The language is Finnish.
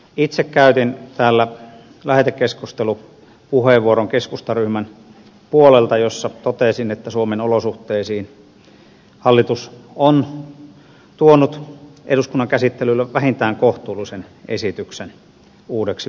itse käytin täällä lähetekeskustelupuheenvuoron keskustaryhmän puolelta jossa totesin että suomen olosuhteisiin hallitus on tuonut eduskunnan käsittelyyn vähintään kohtuullisen esityksen uudeksi postilaiksi